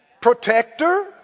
protector